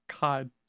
God